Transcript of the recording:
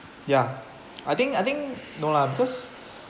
ya I think I think no lah because